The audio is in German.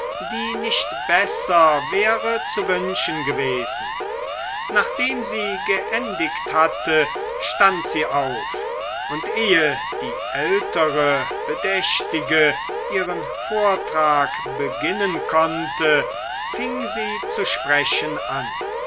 die nicht besser wäre zu wünschen gewesen nachdem sie geendigt hatte stand sie auf und ehe die ältere bedächtige ihren vortrag beginnen konnte fing sie zu sprechen an